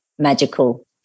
Magical